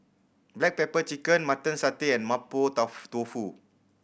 black pepper chicken Mutton Satay and mapo tofu